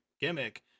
gimmick